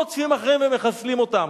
רודפים אחריהם ומחסלים אותם.